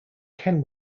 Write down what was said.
ken